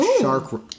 shark